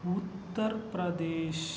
Uttar Pradesh